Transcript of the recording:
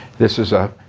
this is ah